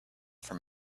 from